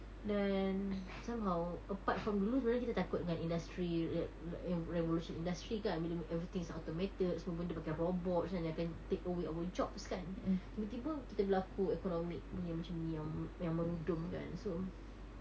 dan somehow apart from dulu sebenarnya kita takut dengan industry re~ re~ revolution industry kan bila everything's automated semua benda pakai robot pasal dia akan take away our jobs kan tiba-tiba kita berlaku economic punya macam ni yang yang merudum kan so